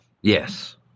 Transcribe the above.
Yes